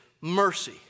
mercy